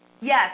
Yes